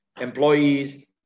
employees